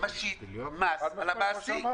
משית מס על המעסיק.